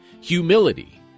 humility